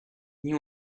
این